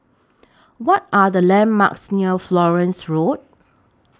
What Are The landmarks near Florence Road